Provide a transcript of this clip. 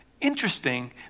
Interesting